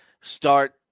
start